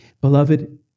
Beloved